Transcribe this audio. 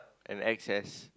and X_S